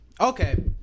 Okay